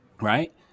right